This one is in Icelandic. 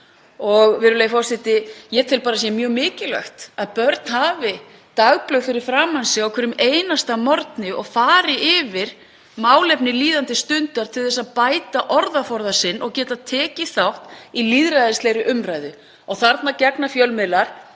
virðulegi forseti, mjög mikilvægt að börn hafi dagblöð fyrir framan sig á hverjum einasta morgni og fari yfir málefni líðandi stundar til að bæta orðaforða sinn og geta tekið þátt í lýðræðislegri umræðu. Þar gegna fjölmiðlar